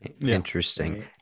interesting